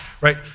right